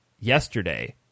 yesterday